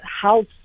house